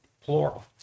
plural